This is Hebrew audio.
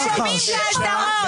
לא שומעים את האזהרות.